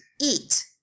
eat